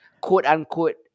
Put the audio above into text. quote-unquote